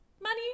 money